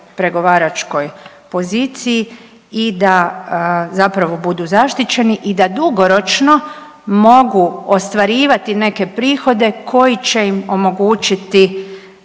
pregovaračkoj poziciji i da zapravo budu zaštićeni i da dugoročno mogu ostvarivati neke prihode koji će im omogućiti